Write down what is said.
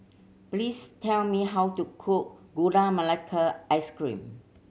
please tell me how to cook Gula Melaka Ice Cream